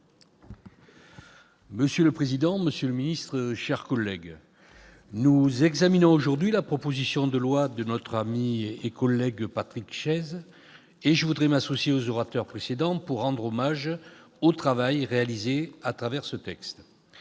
Monsieur le président, monsieur le secrétaire d'État, mes chers collègues, nous examinons aujourd'hui la proposition de loi de notre ami et collègue Patrick Chaize, et je voudrais m'associer aux orateurs précédents pour rendre hommage au travail réalisé à travers ce texte.